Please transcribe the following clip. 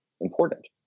important